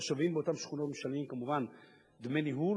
התושבים באותן שכונות משלמים כמובן דמי ניהול,